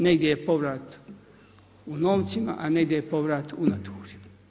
Negdje je povrat u novcima a negdje je povrat u naturi.